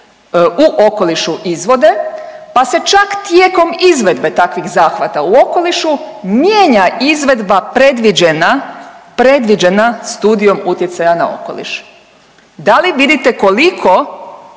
u okolišu izvode pa se čak tijekom izvedbe takvih zahvata u okolišu mijenja izvedba predviđena, predviđena studijom utjecaja na okoliš. Da li vidite koliko